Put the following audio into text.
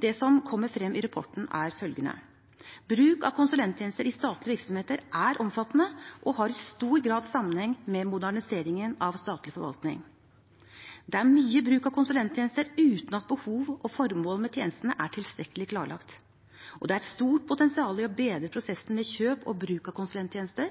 Det som kommer frem i rapporten, er følgende: Bruk av konsulenttjenester i statlige virksomheter er omfattende og har i stor grad sammenheng med moderniseringen av statlig forvaltning. Det er mye bruk av konsulenttjenester uten at behov og formål med tjenestene er tilstrekkelig klarlagt. Det er et stort potensial i å bedre prosessen ved kjøp og bruk av konsulenttjenester.